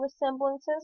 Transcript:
resemblances